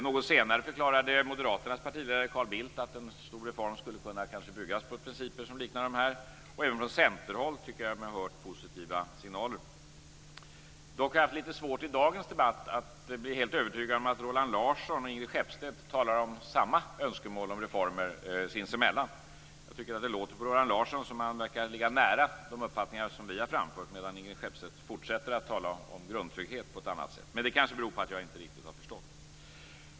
Carl Bildt att en sådan stor reform kunde kanske bygga på de principer som liknade dem som vi presenterade. Och jag tycker mig ha hört positiva signaler även från Centern. Dock har jag under dagens debatt haft litet svårt att bli helt övertygad om att Roland Larsson och Ingrid Skeppstedt talar om samma önskemål om reformer. Det låter på Roland Larsson som att han ligger nära de uppfattningar som vi har framfört medan Ingrid Skeppstedt fortsätter att tala om grundtrygghet. Men det beror kanske på att jag inte riktigt har förstått.